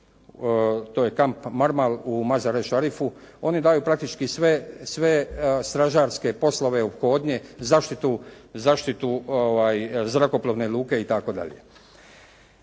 To je kamp Marmal u Mazar-i Sharifu. Oni daju praktički sve stražarske poslove ophodnje, zaštitu zrakoplovne luke itd.